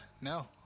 no